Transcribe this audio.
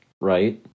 right